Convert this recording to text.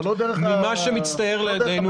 אבל לא דרך --- ממה שמצטייר לעינינו,